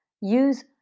use